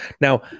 now